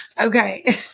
Okay